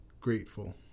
grateful